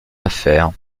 affaire